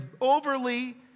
overly